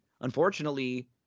unfortunately